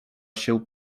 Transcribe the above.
się